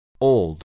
Old